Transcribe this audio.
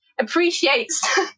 appreciates